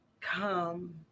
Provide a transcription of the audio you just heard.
come